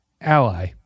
ally